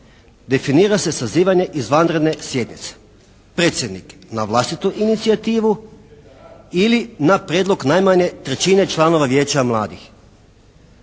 definira se sazivanje izvanredne sjednice, predsjednik na vlastitu inicijativu ili na prijedlog najmanje trećine članova Vijeća mladih.